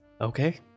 Okay